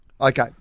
okay